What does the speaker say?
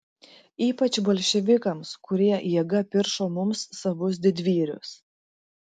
ypač bolševikams kurie jėga piršo mums savus didvyrius